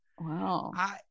Wow